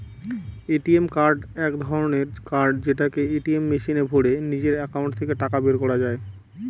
ATM card এক ধরনের card যেটাকে এটিএম মেশিনে ভোরে নিজের একাউন্ট থেকে টাকা বের করা যায়